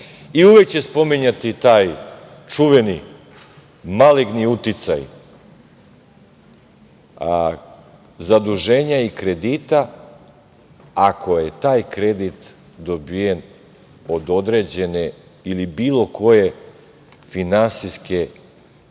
Uvek će spominjati taj čuveni maligni uticaj zaduženja i kredita, ako je taj kredit dobijen od određene ili bilo koje finansijske